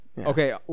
Okay